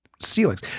ceilings